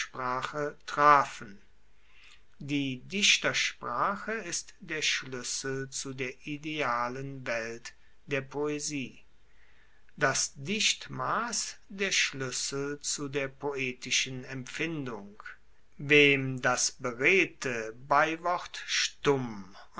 trafen die dichtersprache ist der schluessel zu der idealen welt der poesie das dichtmass der schluessel zu der poetischen empfindung wem das beredte beiwort stumm